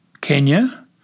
Kenya